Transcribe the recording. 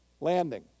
landing